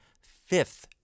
fifth